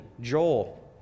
Joel